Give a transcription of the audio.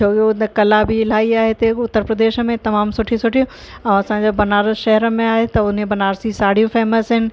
छो इहो कला बि इलाही आहे हिते उत्तर प्रदेश में तमामु सुठी सुठी ऐं असांजो बनारस शहर में आहे त उन बनारसी साड़ियूं फ़ेमस आहिनि